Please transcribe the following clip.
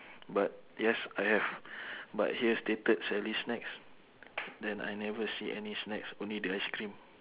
but yes I have but here stated sally's snacks then I never see any snacks only the ice cream